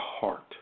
heart